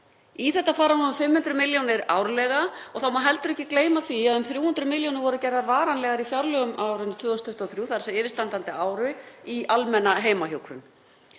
Í þetta fara nú um 500 millj. kr. árlega og þá má heldur ekki gleyma því að um 300 milljónir voru gerðar varanlegar í fjárlögum á árinu 2023, þ.e. á yfirstandandi ári, í almenna heimahjúkrun.